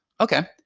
Okay